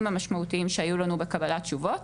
המשמעותיים שהיו לנו בקבלת התשובות.